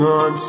on